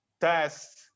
test